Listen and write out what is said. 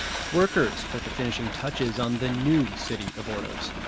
workers put the finishing touches on the new city of ordos.